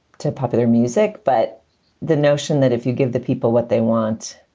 to popular music. but the notion that if you give the people what they want,